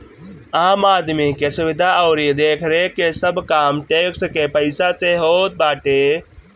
आम आदमी के सुविधा अउरी देखरेख के सब काम टेक्स के पईसा से होत बाटे